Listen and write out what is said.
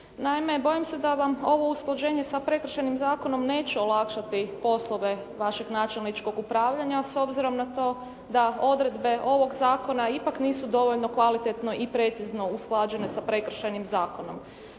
Naime, bojim se da vam ovo usklađenje sa Prekršajnim zakonom neće olakšati poslove vašeg načelničkog upravljanja, a s obzirom na to da odredbe ovog zakona ipak nisu dovoljno kvalitetno i precizno usklađene sa Prekršajnim zakonom.